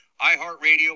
iHeartRadio